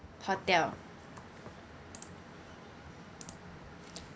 hotel